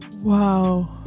Wow